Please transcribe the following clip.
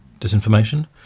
disinformation